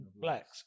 blacks